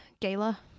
gala